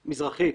מזרחי.